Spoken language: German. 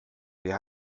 wer